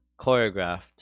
Choreographed